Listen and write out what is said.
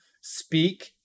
speak